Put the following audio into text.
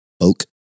Oak